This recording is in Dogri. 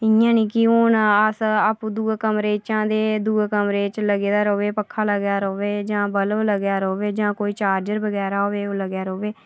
इ'यां नेईं कि हून अस आपूं दूए कमरे च ते दूए कमरे च लग्गे दा र'वै पक्खा लग्गै दा र'वै जां बल्ब लग्गै दा र'वै जां कोई चार्जर बगैरा होऐ ओह् लग्गै दा र'वै